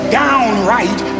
downright